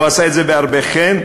והוא עשה את זה בהרבה חן.